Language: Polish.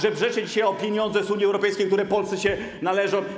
Żebrzecie dzisiaj o pieniądze z Unii Europejskiej, które Polsce się należą.